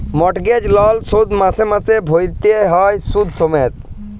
mortgage লল শোধ মাসে মাসে ভ্যইরতে হ্যয় সুদ সমেত